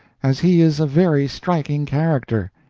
as he is a very striking character.